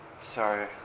sorry